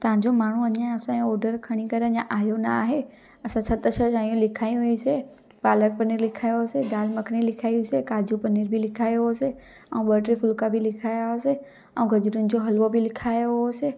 तव्हांजो माण्हू अञा असांजो ऑडर खणी करे अञा आहियो ना आहे असां असां सत शह शयूं लिखायूं हुइयूंसीं पालक पनीर लिखायो हुआसीं दालि मखनी लिखाई हुईसीं काजू पनीर बि लिखायो हुआसीं ऐं ॿ टे फुलका बि लिखाया हुआसीं ऐं गजरूनि जो हलवो बि लिखाया हुआसीं